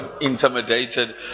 intimidated